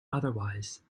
otherwise